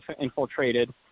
infiltrated